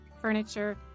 furniture